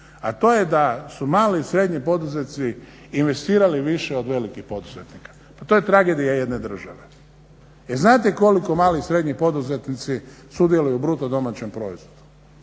a to je da su mali i srednji poduzetnici investirali više od velikih poduzetnika. Pa to je tragedija jedne države. Jel' znate koliko mali i srednji poduzetnici sudjeluju u bruto domaćem proizvodu